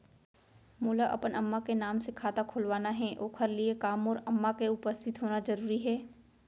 मोला अपन अम्मा के नाम से खाता खोलवाना हे ओखर लिए का मोर अम्मा के उपस्थित होना जरूरी हे?